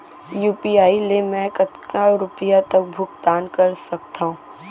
UPI ले मैं कतका रुपिया तक भुगतान कर सकथों